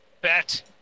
bet